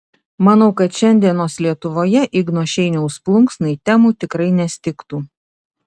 manau kad šiandienos lietuvoje igno šeiniaus plunksnai temų tikrai nestigtų